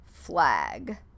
flag